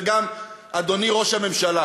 וגם אדוני ראש הממשלה